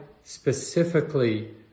specifically